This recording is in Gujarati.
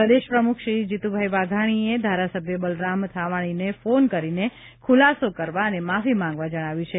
પ્રદેશ પ્રમુખ શ્રી જીત્તભાઇ વાઘાણીએ ધારાસભ્ય બલરામ થાવાણીને ફોન કરીને ખુલાસો કરવા અને માફી માંગવા જણાવ્યું છે